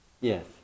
Yes